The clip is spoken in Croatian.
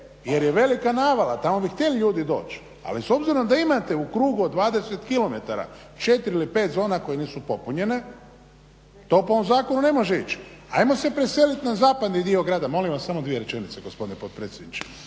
jer je velika navala, tamo bi htjeli ljudi doći, ali s obzirom da imate u krugu od 20 kilometara 4 ili 5 zona koje nisu popunjene, to po ovom zakonu ne može ići. Ajmo se preseliti na zapadni dio grada, molim vas samo dvije rečenice gospodine potpredsjedniče.